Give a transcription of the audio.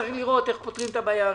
שצריך לראות איך פותרים אותה.